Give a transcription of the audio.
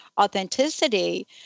authenticity